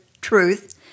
truth